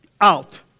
Out